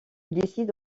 décide